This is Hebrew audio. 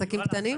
לעסקים קטנים?